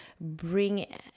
bring